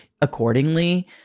accordingly